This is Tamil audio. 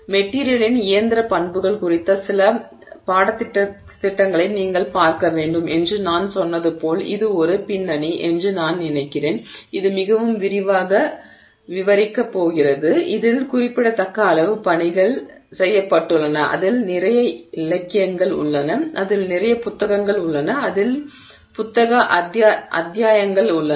மெட்டிரியலின் இயந்திர பண்புகள் குறித்த சில பாடத்திட்டங்களை நீங்கள் பார்க்க வேண்டும் என்று நான் சொன்னது போல் இது ஒரு பின்னணி என்று நான் நினைக்கிறேன் இது மிகவும் விரிவாக விவரிக்கப் போகிறது இதில் குறிப்பிடத்தக்க அளவு பணிகள் செய்யப்பட்டுள்ளன அதில் நிறைய இலக்கியங்கள் உள்ளன அதில் நிறைய புத்தகங்கள் உள்ளன அதில் புத்தக அத்தியாயங்கள் உள்ளன